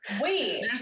Wait